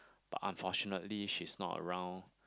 but unfortunately she's not around